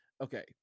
okay